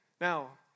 Now